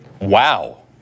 Wow